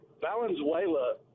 Valenzuela